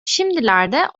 şimdilerde